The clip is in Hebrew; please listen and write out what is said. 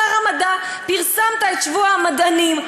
שר המדע, פרסמת את שבוע המדענים.